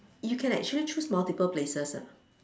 you can actually choose multiple places ah